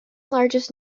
largest